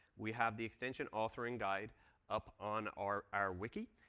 we have the extension authoring guide up on our our wiki.